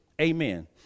Amen